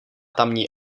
tamní